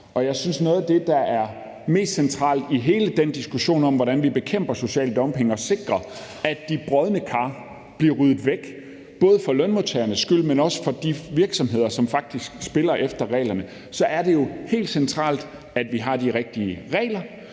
Jeg synes, at noget af det, der er helt centralt i hele den diskussion om, hvordan vi bekæmper social dumping og sikrer, at de brodne kar bliver ryddet væk, både for lønmodtagernes skyld, men også for de virksomheder, der faktisk spiller efter reglerne, jo er, at vi har de rigtige regler.